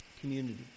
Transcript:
community